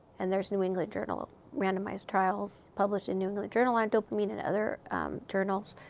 and there's new england journal randomized trials published in new england journal on dopamine and other journals.